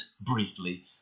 briefly